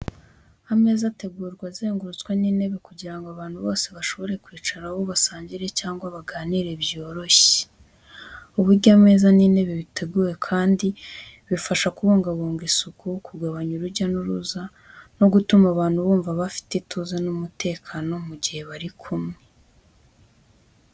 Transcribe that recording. Ameza ategurwa azengurutswe n’intebe kugira ngo abantu bose bashobore kwicaraho basangire cyangwa baganire byoroshye. Uburyo ameza n’intebe biteguwe kandi bufasha kubungabunga isuku, kugabanya urujya n’uruza no gutuma abantu bumva bafite ituze n’umutekano mu gihe bari kumwe.